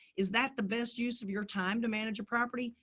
is that the best use of your time to manage a property?